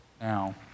now